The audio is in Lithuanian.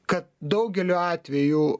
kad daugeliu atvejų